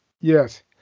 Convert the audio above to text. Yes